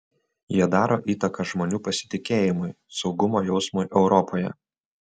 jie daro įtaką žmonių pasitikėjimui saugumo jausmui europoje